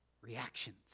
reactions